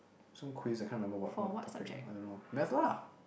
some quizz I cannot remember what what topic I don't know metal ah